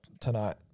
tonight